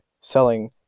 selling